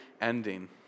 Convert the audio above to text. ending